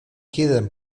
queden